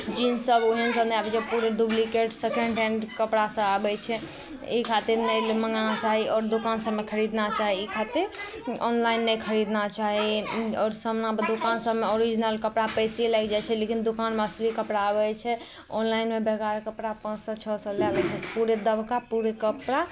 jeans सभ ओहनसभ नहि आबै छै पूरे डुप्लीकेट सेकेण्ड हैण्ड कपड़ासभ आबै छै ई खातिर नहि ले मङ्गाना चाही आओर दोकान सभमे खरीदना चाही ई खातिर ऑनलाइन नहि खरीदना चाही आओर सामनामे दोकान सभमे ऑरिजिनल कपड़ा पैसे लागि जाइ छै लेकिन दोकानमे असली कपड़ा आबै छै ऑनलाइनमे बेकार कपड़ा पाँच सए छओ सए लए कऽ पूरे दबका पूरे कपड़ा